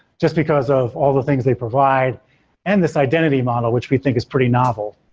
just because of all the things they provide and this identity model, which we think is pretty novel.